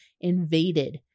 invaded